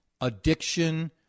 addiction